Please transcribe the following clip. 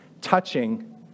Touching